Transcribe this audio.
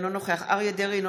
אינו נוכח אריה מכלוף דרעי,